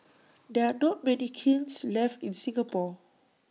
there are not many kilns left in Singapore